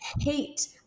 hate